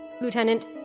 Lieutenant